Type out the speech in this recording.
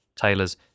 Taylor's